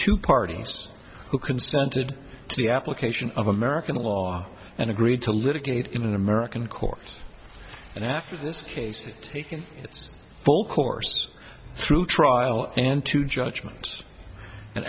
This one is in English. two parties who consented to the application of american law and agreed to litigate in american courts and after this case it taken its full course through trial and to judgment and